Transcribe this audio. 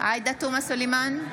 עאידה תומא סלימאן,